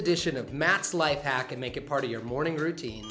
edition of mass life back and make it part of your morning routine